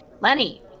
Lenny